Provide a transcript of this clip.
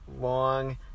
long